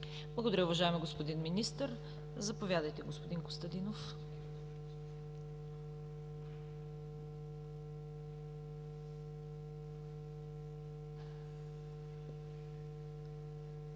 Благодаря, уважаеми господин Министър. Заповядайте, господин Костадинов.